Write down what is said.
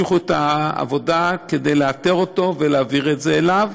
ימשיכו את העבודה כדי לאתר אותו ולהעביר את זה אליו,